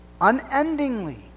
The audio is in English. unendingly